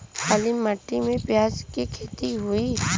काली माटी में प्याज के खेती होई?